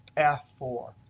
f four.